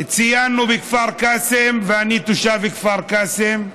ציינו בכפר קאסם, ואני תושב כפר קאסם,